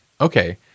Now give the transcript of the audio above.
okay